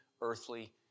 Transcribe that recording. earthly